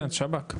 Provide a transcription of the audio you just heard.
כן, שב"כ.